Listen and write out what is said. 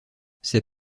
ses